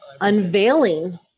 unveiling